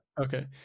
Okay